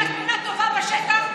אתה מלמד אותי שהתמונה בשטח טובה.